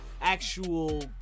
actual